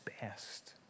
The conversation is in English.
best